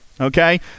okay